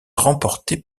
remportée